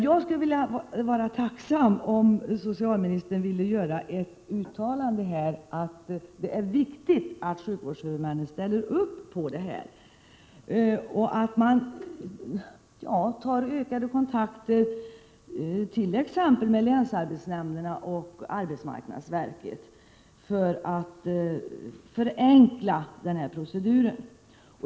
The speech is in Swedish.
Jag vore tacksam om socialministern här ville göra ett uttalande om vikten av att sjukvårdshuvudmännen ställer upp för detta och att man i ökad utsträckning tar kontakt med t.ex. länsarbetsnämnderna och arbetsmarknadsverket för att förenkla denna procedur.